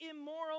immoral